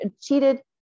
cheated